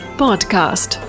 podcast